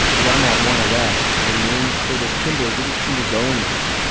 beyond that one arrest, the name curtis kimball didn't seem to go anywhere.